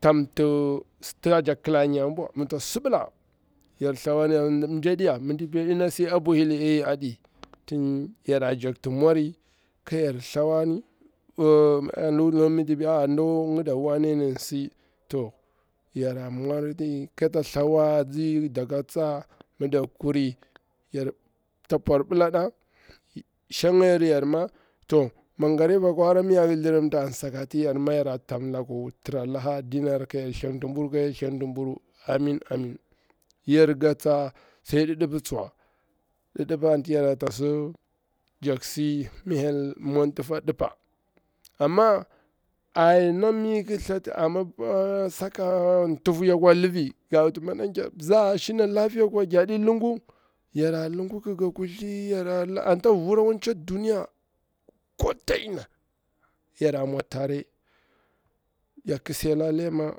tamti, ta jakti kla nyabwa, mi tsak sibila yar thwarni tin tsa pila mji ediya, mitipi aɗiya, mjadi na si ya bwahili tin ɗa pila ey aɗi tin yara jakti mwari ka yar thawani, mi dak kuri kata pwar bila nɗa shanag yaru yar ma, to magariba akwa hara an sakati yara tam laku, mi clik thlirimta, to yara tam laku la binar ka hyel theritibu ru amin amin, yar ga tsa sai didipa tsuwa mi hyel ƙi mwanti fa ɗipa amma ana mi thati saka tufu yakwa lifi madan ker apila ashina gera din luggu, yara lugu ka kuthi ki si la lema an ta vura akwa tcha duniya ko ta ina yara mwa tare ya kisaila lema.